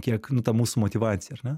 kiek nu ta mūsų motyvacija ar ne